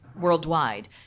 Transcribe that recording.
worldwide